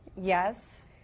yes